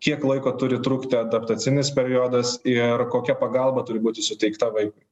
kiek laiko turi trukti adaptacinis periodas ir kokia pagalba turi būti suteikta vaikui